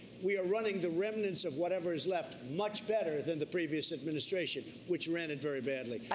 we are running the remnants of whatever is left much better than the previous administration, which ran it very badly.